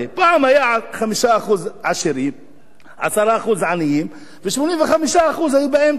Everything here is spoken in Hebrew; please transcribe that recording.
פעם היה 5% עשירים, 10% עניים, ו-85% היו באמצע.